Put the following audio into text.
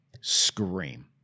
scream